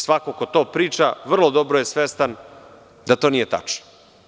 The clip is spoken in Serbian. Svako ko to priča, vrlo dobro je svestan da to nije tačno.